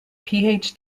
phd